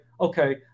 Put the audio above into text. okay